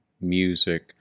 music